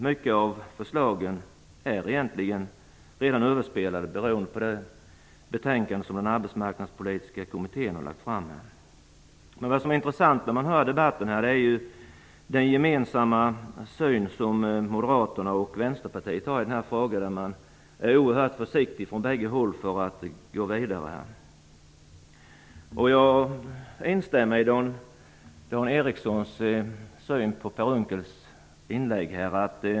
Många av förslagen är redan överspelade beroende på det betänkande som den Arbetsmarknadspolitiska kommittén har lagt fram. Vad som är intressant i debatten är den gemensamma syn som Moderaterna och Vänsterpartiet har i den här frågan. Man är från båda håll oerhört försiktig när det gäller att gå vidare. Jag instämmer i Dan Ericssons syn på Per Unckels inlägg.